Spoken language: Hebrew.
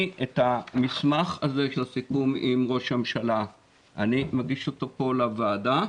את המסמך הזה של הסיכום עם ראש הממשלה אני מגיש פה לוועדה.